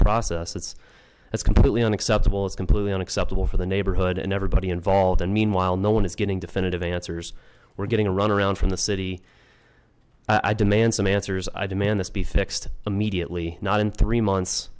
process it's it's completely unacceptable it's completely unacceptable for the neighborhood and everybody involved and meanwhile no one is getting definitive answers we're getting a run around from the city i demand some answers i demand this be fixed immediately not in three months